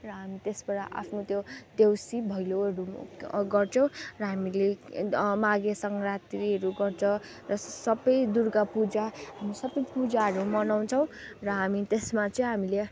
र हामी त्यसबाट आफ्नो त्यो देउसी भैलोहरू गर्छौँ र हामीले माघे सँग्रातिहरू गर्छ र सबै दुर्गा पूजा हामी सबै पूजाहरू मनाउँछौँ र हामी त्यसमा चाहिँ हामीले